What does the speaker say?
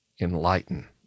enlighten